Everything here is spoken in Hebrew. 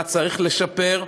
מה צריך לשפר,